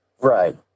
Right